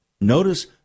Notice